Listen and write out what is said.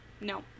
no